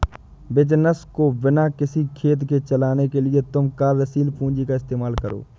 business को बिना किसी खेद के चलाने के लिए तुम कार्यशील पूंजी का इस्तेमाल करो